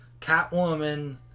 Catwoman